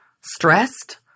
stressed